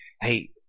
Hey